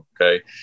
okay